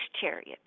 chariot